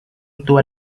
itu